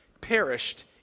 perished